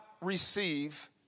receive